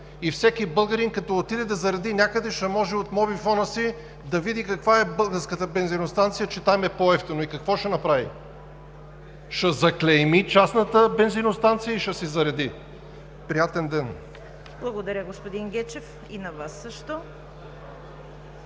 и всеки българин, като отиде да зареди някъде, ще може от мобифона си да види каква е българската бензиностанция, че там е по-евтино. И какво ще направи?! Ще заклейми частната бензиностанция и ще си зареди. Приятен ден! ПРЕДСЕДАТЕЛ ЦВЕТА КАРАЯНЧЕВА: Благодаря, господин Гечев. И на Вас също.